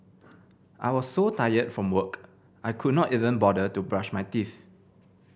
I was so tired from work I could not even bother to brush my teeth